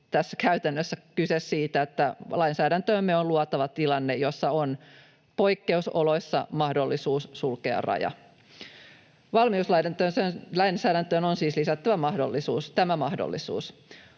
tässä käytännössä kyse siitä, että lainsäädäntöömme on luotava tilanne, jossa on poikkeusoloissa mahdollisuus sulkea raja. Valmiuslainsäädäntöön on siis lisättävä tämä mahdollisuus.